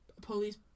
police